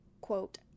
quote